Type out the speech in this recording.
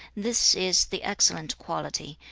this is the excellent quality,